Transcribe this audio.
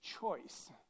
choice